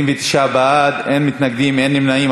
29 בעד, אין מתנגדים, אין נמנעים.